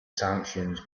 sanctions